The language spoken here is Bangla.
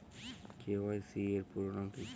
কে.ওয়াই.সি এর পুরোনাম কী?